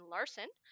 Larson